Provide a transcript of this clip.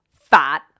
fat